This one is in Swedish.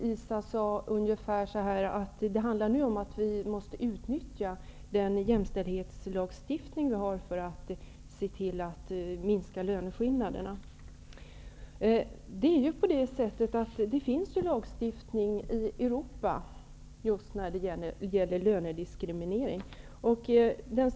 Halvarsson sade ungefärligen att det nu handlar om att vi måste utnyttja den jämställdhetslagstiftning som vi har för att se till att minska löneskillnaderna. Det finns ju lagstiftning om just lönediskriminering i Europa.